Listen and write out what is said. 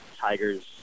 Tiger's